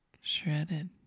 Shredded